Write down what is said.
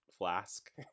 Flask